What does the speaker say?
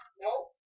Nope